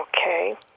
Okay